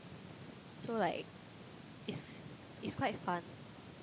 so like it's it's quite fun